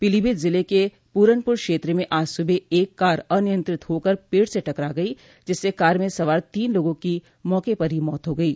पीलीभीत ज़िले के पूरनपुर क्षेत्र में आज सुबह एक कार अनियंत्रित होकर पेड़ से टकरा गयी जिससे कार में सवार तीन लोगों को मौके पर ही मौत हो गयी